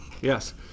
Yes